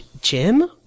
Jim